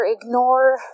ignore